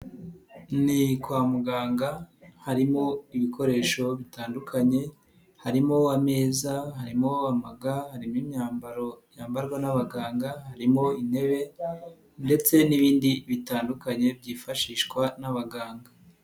Ni kwa muganga harimo ibikoresho bitandukanye, harimo ameza, harimo amaga, harimo imyambaro yambarwa n'abaganga, harimo intebe ndetse n'ibindi bitandukanye byifashishwa n'abaganga.